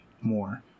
more